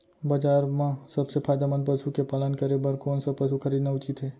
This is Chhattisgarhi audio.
बजार म सबसे फायदामंद पसु के पालन करे बर कोन स पसु खरीदना उचित हे?